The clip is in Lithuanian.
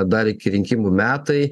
dar iki rinkimų metai